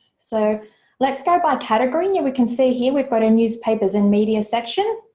so let's go by category and we can see here we've got a newspapers and media section.